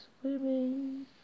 swimming